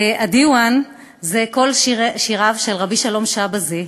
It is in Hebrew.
הדיוואן זה כל שיריו של רבי שלום שבזי,